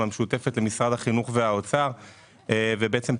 המשותפת למשרד החינוך והאוצר ופרסמה